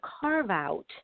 carve-out